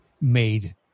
made